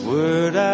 Word